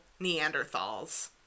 Neanderthals